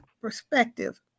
perspective